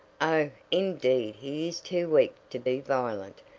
oh, indeed he is too weak to be violent,